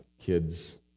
Kids